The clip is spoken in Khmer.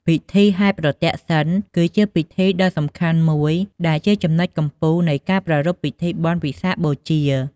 ពិធីហែរប្រទក្សិណ គឺជាពិធីដ៏សំខាន់មួយដែលជាចំណុចកំពូលនៃការប្រារព្ធពិធីបុណ្យវិសាខបូជា។